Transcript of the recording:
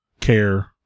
care